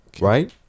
right